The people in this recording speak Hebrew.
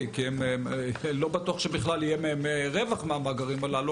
כי לא בטוח שיהיה רווח מהמאגרים הללו,